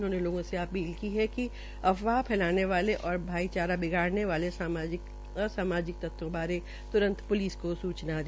उन्होंने लोगों से अपील की है कि अफवाह फैलाने वाले और भाईचारा बिगाड़ने वाले असामाजिक तत्वों बारे तुरंत पुलिस को सूचना दे